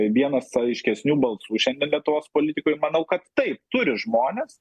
vienas aiškesnių balsų šiandien lietuvos politikoj manau kad taip turi žmonės